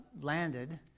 landed